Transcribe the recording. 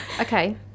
okay